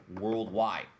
worldwide